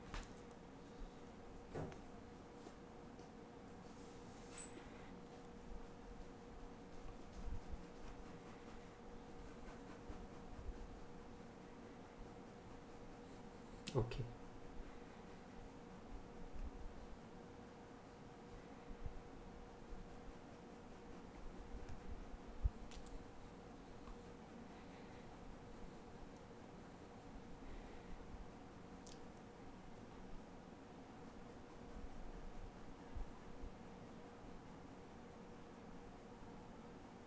okay